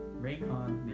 Raycon